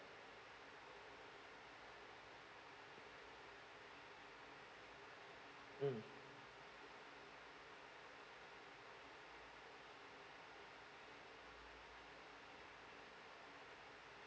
mm